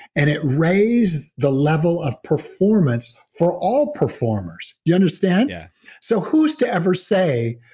and it raise the level of performance for all performers. you understand? yeah so who's to ever say,